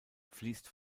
fliesst